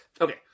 Okay